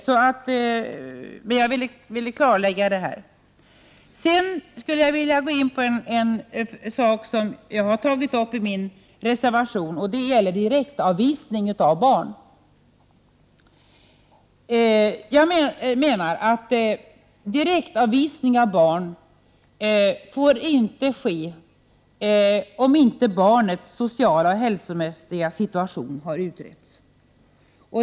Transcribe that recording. Sedan vill jag gå in på en sak som jag har tagit upp i min reservation, och det gäller direktavvisning av barn. Jag menar att direktavvisning av barn inte får ske om inte barnets sociala och hälsomässiga situation har utretts.